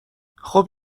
خوب